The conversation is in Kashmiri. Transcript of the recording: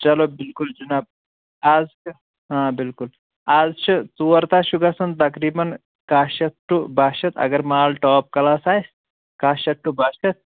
چلو بِلکُل جناب از چھ آ بِلکُل اَز چھِ ژور تہہ چھُ گژھان تقریٖباً کاہ شتھ ٹُو باہ شتھ اگر مال ٹاپ کلاس آسہِ کاہ شتھ ٹُو باہ شتھ